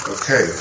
Okay